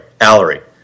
Allery